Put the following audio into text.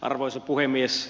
arvoisa puhemies